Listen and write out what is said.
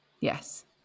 Yes